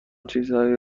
چیزهایی